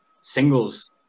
singles